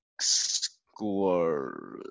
score